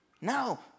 No